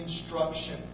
instruction